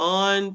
on